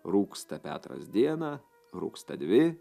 rūgsta petras dieną rūgsta dvi